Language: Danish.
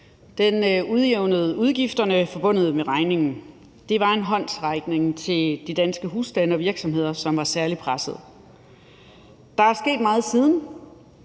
udgifterne forbundet med regningen. Det var en håndsrækning til de danske husstande og virksomheder, som var særlig pressede. Der er sket meget siden.